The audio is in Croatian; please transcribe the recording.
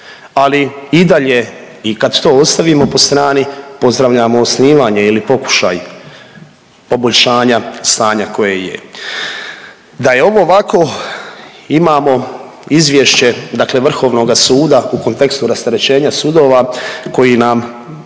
ali i dalje i kad to ostavimo po strani pozdravljamo osnivanje ili pokušaj poboljšanja stanja koje je. Da je ovo vako imamo izvješće dakle vrhovnoga suda u kontekstu rasterećenja sudova koji nam